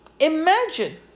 Imagine